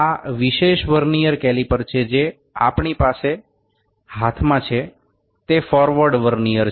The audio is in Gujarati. આ વિશેષ વર્નિયર કેલીપર જે આપણી પાસે હાથમાં છે તે ફોરવર્ડ વર્નિયર છે